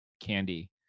candy